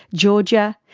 georgia,